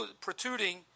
protruding